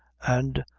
and,